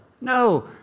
no